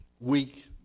weak